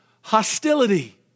hostility